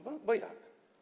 Bo jak?